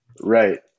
right